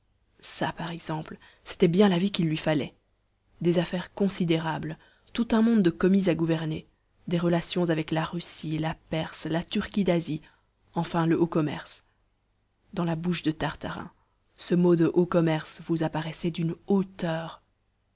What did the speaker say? ça par exemple c'était bien la vie qu'il lui fallait des affaires considérables tout un monde de commis à gouverner des relations avec la russie la perse la turquie d'asie enfin le haut commerce dans la bouche de tartarin ce mot de haut commerce vous apparaissait d'une hauteur